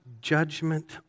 judgment